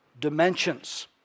dimensions